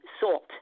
salt